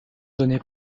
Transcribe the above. donnée